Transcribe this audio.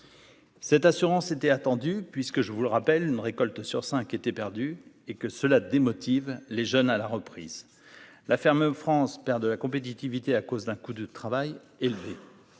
cette assurance était attendue, puisque je vous le rappelle, ne récolte sur 5 était perdu et que cela démotive les jeunes à la reprise, la ferme France perd de la compétitivité à cause d'un coup de travail élevée,